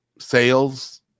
sales